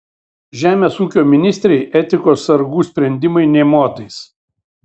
žemės ūkio ministrei etikos sargų sprendimai nė motais